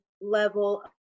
level